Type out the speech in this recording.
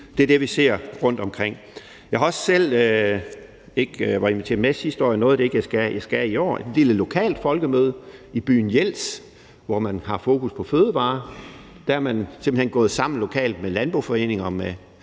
Det er det, vi ser rundtomkring. Jeg var sidste år også selv inviteret med til det, og jeg nåede det ikke, men jeg skal i år til et lille lokalt folkemøde i byen Jels, hvor man har fokus på fødevarer. Der er man simpelt hen gået sammen lokalt med landboforeninger